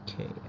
Okay